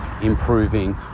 improving